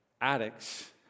addicts